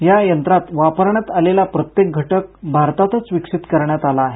या यंत्रात वापरण्यात आलेला प्रत्येक घटक भारतातच विकसित करण्यात आला आहे